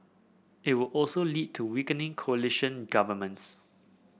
it would also lead to coalition governments